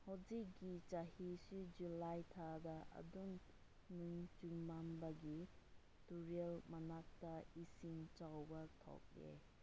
ꯍꯧꯖꯤꯛꯀꯤ ꯆꯍꯤꯁꯨ ꯖꯨꯂꯥꯏ ꯊꯥꯗ ꯑꯗꯨꯝ ꯅꯣꯡ ꯆꯨꯃꯟꯕꯒꯤ ꯇꯨꯔꯦꯜ ꯃꯅꯥꯛꯇ ꯏꯁꯤꯡ ꯆꯥꯎꯕ ꯊꯣꯛꯂꯦ